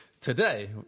today